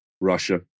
russia